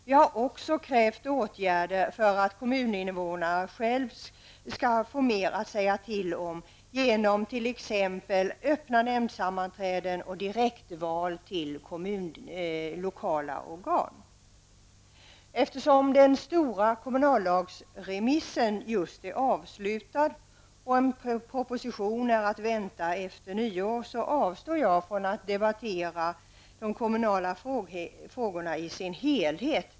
Vi har också krävt åtgärder för att kommuninvånarna själva skall få mer att säga till om genom t.ex. öppna nämndsammanträden och direktval till lokala organ. Eftersom den stora kommunallagsremissen just är avslutad och en proposition är att vänta efter nyår avstår jag från att debattera de kommunala frågorna i deras helhet.